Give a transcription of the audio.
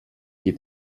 qui